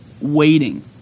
waiting